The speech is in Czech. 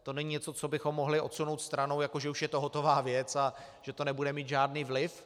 To není něco, co bychom mohli odsunout stranou, jako že už je to hotová věc a že to nebude mít žádný vliv.